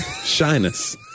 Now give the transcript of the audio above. shyness